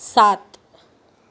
सात